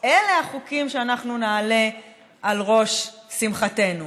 אלה החוקים שאנחנו נעלה על ראש שמחתנו.